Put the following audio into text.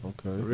Okay